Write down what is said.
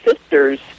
sisters